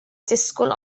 disgwyl